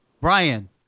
Brian